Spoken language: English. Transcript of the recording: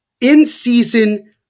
in-season